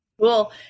Cool